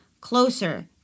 closer